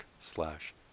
slash